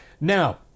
now